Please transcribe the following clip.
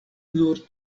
nur